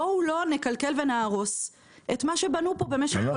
בואו לא נקלקל ונהרוס את מה שבנו כאן במשך כל כך הרבה שנים.